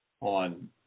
on